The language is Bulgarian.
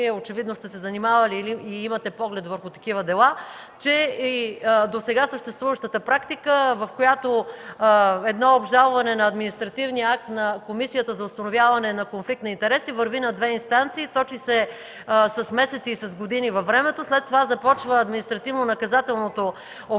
очевидно сте се занимавали и/или имате поглед върху такива дела. При досега съществуващата практика обжалването на административен акт на Комисията за предотвратяване и установяване на конфликт на интереси върви на две инстанции, точи се с месеци и години във времето, след това започва административнонаказателното обжалване